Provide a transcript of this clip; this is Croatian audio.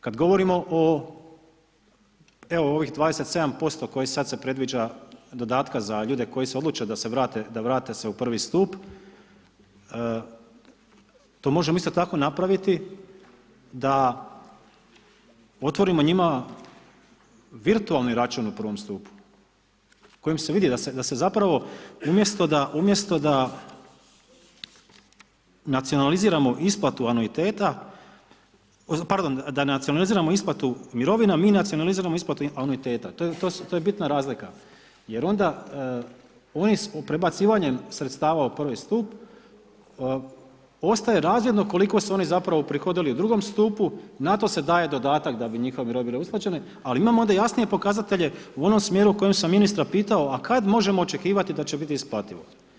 Kad govorimo o evo ovih 27% koji sad se predviđa dodatka za ljude koji se odluče da vrate se u I stup, to možemo isto tako napraviti da otvorimo njima virtualni račun u I. stupu kojim se vidi da se zapravo umjesto da, nacionaliziramo isplatu anuiteta, pardon, da nacionaliziramo isplatu mirovina mi nacionaliziramo isplatu anuiteta, to je bitna razlika jer onda oni s prebacivanjem sredstava u I. stup ostaje razvidno koliko su oni zapravo prihodili u II. stupu na to se daje dodatak da bi njihove mirovine bile usklađene, ali imamo onda jasnije pokazatelje u onom smjeru kojim sam ministra pitao a kad možemo očekivati da će biti isplativo.